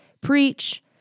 preach